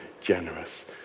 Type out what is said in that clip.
generous